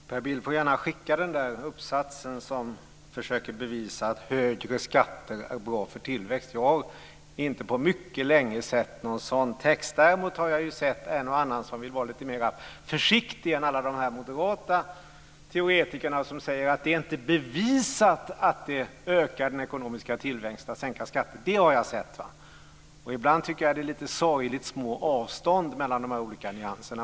Fru talman! Per Bill får gärna skicka den där uppsatsen där man försöker bevisa att högre skatter är bra för tillväxt. Jag har inte på mycket länge sett någon sådan text. Däremot har jag ju sett en och annan som vill vara lite mer försiktig än alla de här moderata teoretikerna och som säger att det inte är bevisat att det ökar den ekonomiska tillväxten att sänka skatter. Det har jag sett. Ibland tycker jag att det är lite sorgligt små avstånd mellan de här olika nyanserna.